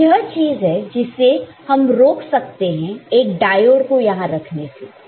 तो वह चीज है जिसे हम रोक सकते हैं एक डायोड को यहां रखने से